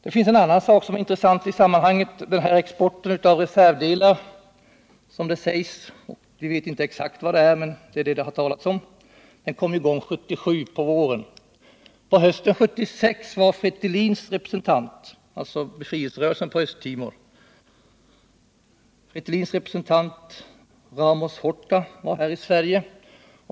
Det finns en annan intressant sak i sammanhanget. Exporten av reservdelar — det kallas så; vi vet inte exakt vad det är — kom i gång 1977 på våren. Men hösten 1976 var Fretilins representant Ramos Horta här i Sverige.